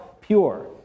pure